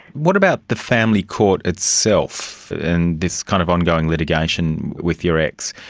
what about the family court itself and this kind of ongoing litigation with your ex,